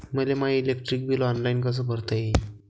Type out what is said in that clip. मले my electric bill online कस भरता येईन?